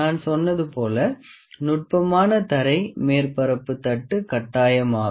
நான் சொன்னது போல நுட்பமான தரை மேற்பரப்பு தட்டு கட்டாயமாகும்